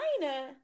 China